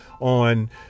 on